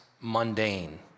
mundane